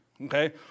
Okay